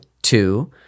two